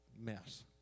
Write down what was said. mess